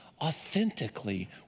authentically